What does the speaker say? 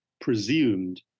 presumed